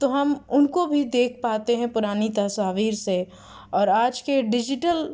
تو ہم ان کو بھی دیکھ پاتے ہیں پرانی تصاویر سے اور آج کے ڈیجیٹل